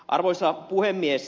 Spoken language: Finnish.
arvoisa puhemies